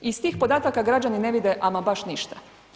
Iz tih podataka građana ne vide ama baš ništa.